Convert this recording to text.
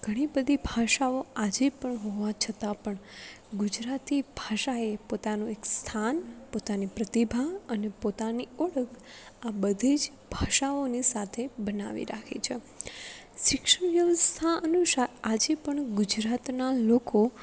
ઘણી બધી ભાષાઓ આજે પણ હોવા છતાં પણ ગુજરાતી ભાષાએ પોતાનું એક સ્થાન પોતાની પ્રતિભા અને પોતાની ઓળખ આ બધી જ ભાષાઓની સાથે બનાવી રાખી છે શિક્ષણ વ્યવસ્થા અનુસાર આજે પણ ગુજરાતનાં લોકો